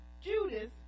Judas